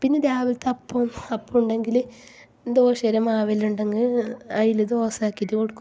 പിന്നെ രാവിലത്തെ അപ്പവും അപ്പം ഉണ്ടെങ്കിൽ ദോശയുടെ മാവ് എല്ലാം ഉണ്ടെങ്കിൽ അതിൽ ദോശ ആക്കിയിട്ട് കൊടുക്കും